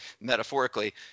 metaphorically